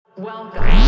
Welcome